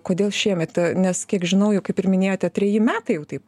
kodėl šiemet nes kiek žinau jau kaip ir minėjote treji metai jau taip